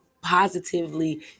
positively